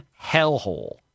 hellhole